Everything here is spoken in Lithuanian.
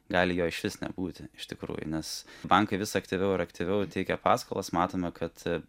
gali jo išvis nebūti iš tikrųjų nes bankai vis aktyviau ir aktyviau teikia paskolas matome kad